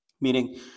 Meaning